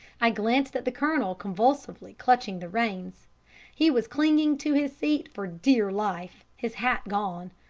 i glanced at the colonel convulsively clutching the reins he was clinging to his seat for dear life, his hat gone.